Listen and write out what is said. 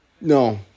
No